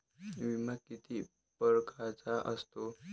बिमा किती परकारचा असतो?